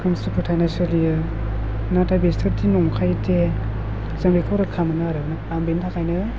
खोमसि फोथायनाय सोलियो नाथाय बिसोरदि नंखायजे जों बेखौ रोखा मोनो आरो आं बेनि थाखायनो